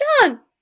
John